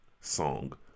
song